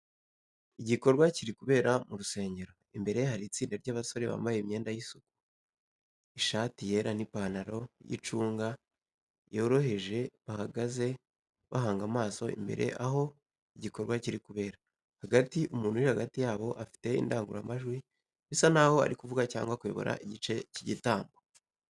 Igikorwa kiri kubera mu rusengero. Imbere hari itsinda ry’abasore bambaye imyenda y’isuku, ishati yera n’ipantalo y’icunga yoroheje bahagaze bahanga amaso imbere aho igikorwa kiri kubera. Hagati, umuntu uri hagati yabo afite indangururamajwi bisa naho ari kuvuga cyangwa kuyobora igice cy’igitambo.